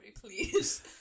please